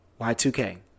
Y2K